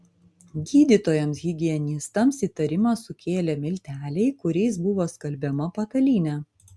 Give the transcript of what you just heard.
gydytojams higienistams įtarimą sukėlė milteliai kuriais buvo skalbiama patalynė